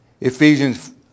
Ephesians